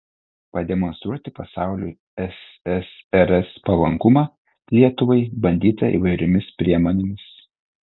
pademonstruoti pasauliui ssrs palankumą lietuvai bandyta įvairiomis priemonėmis